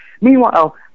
Meanwhile